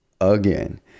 Again